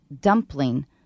dumpling